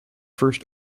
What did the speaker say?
first